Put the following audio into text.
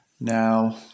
Now